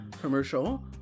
commercial